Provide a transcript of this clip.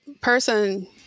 person